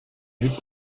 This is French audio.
vue